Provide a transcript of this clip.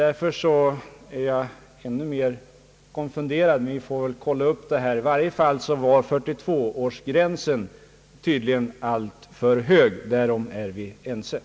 Därför är jag ännu mera konfunderad när statsrådet Palme säger att genomsnittsåldern har sjunkit på senare år. Men vi får väl kolla upp det här ytterligare. I varje fall var 42-årsgränsen tydligen alltför hög. Därom tycks vi vara överens.